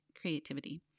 creativity